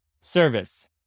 Service